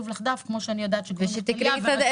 לך דף שיהיה כתוב --- ושתדעי מי ביקשה